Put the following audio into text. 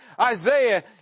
Isaiah